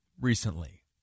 recently